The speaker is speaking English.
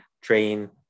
Train